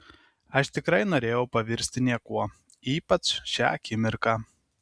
aš tikrai norėjau pavirsti niekuo ypač šią akimirką